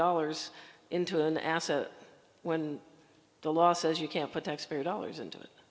dollars into an ass a when the law says you can't put taxpayer dollars into